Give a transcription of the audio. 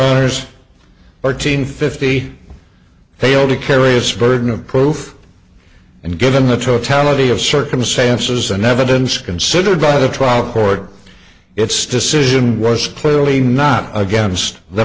owners or team fifty failed to carry a spirit of proof and given the totality of circumstances and evidence considered by the trial court its decision was clearly not against the